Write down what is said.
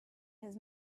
his